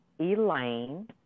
Elaine